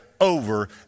over